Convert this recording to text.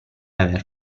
aver